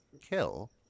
kill